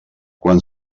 quan